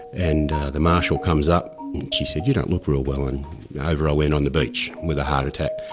and the marshal comes up and she said, you don't look real well and over i went on the beach with a heart attack.